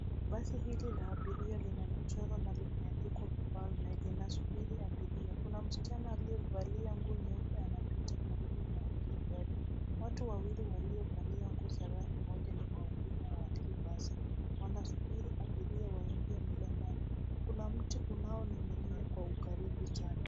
Basi hili la abiria lina michoro na limeandikwa mfalme .linasubiri abiria. Kuna msichana aliyevalia nguo nyeupe anapita karibu na hili gari. Watu wawili waliovalia nguo za rangi moja ni wahudumu wa hili basi. Wanasubiri abiria waingie mle ndani. Kuna mti unaonng'inia kwa ukaribu sana.